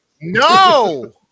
No